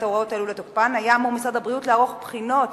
הוראות אלו לתוקפן היה אמור משרד הבריאות לערוך בחינות